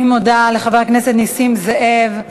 אני מודה לחבר הכנסת נסים זאב.